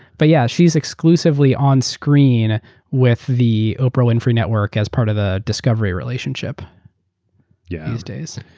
but yeah, she's exclusively on screen with the oprah winfrey network as part of the discovery relationship yeah these days.